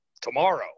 tomorrow